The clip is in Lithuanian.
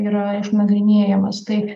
yra išnagrinėjamas tai